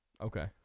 Okay